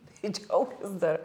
tai džiaukis dar